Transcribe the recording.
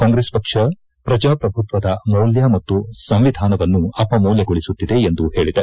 ಕಾಂಗ್ರೆಸ್ ಪಕ್ಷ ಪ್ರಜಾಪ್ರಭುತ್ವದ ಮೌಲ್ಯ ಮತ್ತು ಸಂವಿಧಾನವನ್ನು ಅಪಮೌಲ್ಯಗೊಳಿಸುತ್ತಿದೆ ಎಂದು ಹೇಳಿದೆ